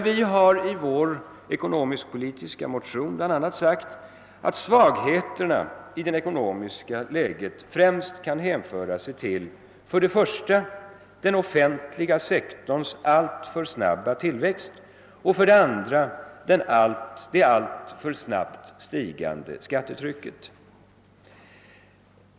Vi har i vår ekonomisk-politiska motion bl.a. sagt, att svagheterna i det ekonomiska läget främst kan hänföras för det första till den offentliga sektorns alltför snabba tillväxt och för det andra till det alltför snabbt stigande skattetrycket.